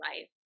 life